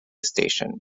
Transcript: station